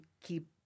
keep